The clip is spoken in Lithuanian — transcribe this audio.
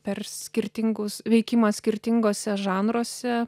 per skirtingus veikimą skirtinguose žanruose